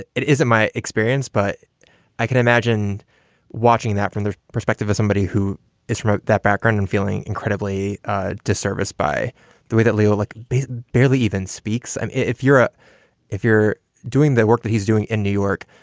it it isn't my experience, but i can imagine watching that from their perspective as somebody who is remote. that background and feeling incredibly ah disservice, by the way, that leo like barely even speaks. and if you're a if you're doing the work that he's doing in new york,